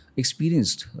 experienced